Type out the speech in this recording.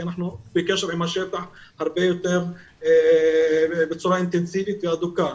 אנחנו בקשר עם השטח ובצורה אינטנסיבית והדוקה.